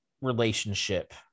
relationship